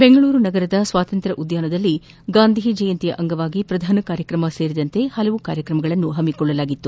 ಬೆಂಗಳೂರು ನಗರದ ಸ್ವಾತಂತ್ರ್ಯ ಉದ್ಯಾನದಲ್ಲಿ ಗಾಂಧಿ ಜಯಂತಿಯ ಅಂಗವಾಗಿ ಪ್ರಧಾನ ಕಾರ್ಯಕ್ರಮ ಸೇರಿದಂತೆ ವಿವಿಧ ಕಾರ್ಯಕ್ರಮಗಳನ್ನು ಹಮ್ಸಿಕೊಳ್ಳಲಾಗಿತ್ತು